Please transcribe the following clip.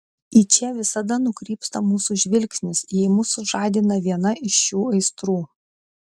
į čia visada nukrypsta mūsų žvilgsnis jei mus sužadina viena iš šių aistrų